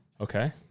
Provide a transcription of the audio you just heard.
Okay